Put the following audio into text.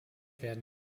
werden